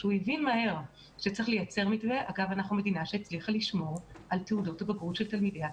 אנחנו מדינה שהצליחה לשמור על תעודות הבגרות של תלמידיה.